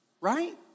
right